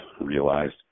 realized